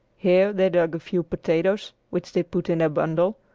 here they dug a few potatoes, which they put in their bundle,